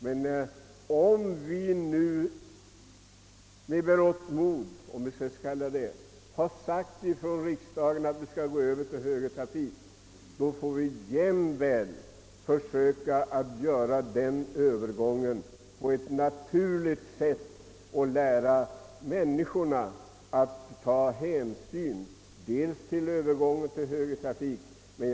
Men om vi nu med berått mod, om jag får kalla det så, har bestämt i riksdagen att vi skall övergå till högertrafik får vi också försöka få till stånd en naturlig övergång och försöka lära människorna att ta hänsyn till vad denna övergång kräver.